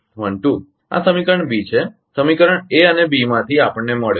તો આ સમીકરણ બી છે સમીકરણ A અને B માંથી આપણને મળે છે